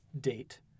date